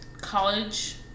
College